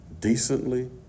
Decently